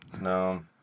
No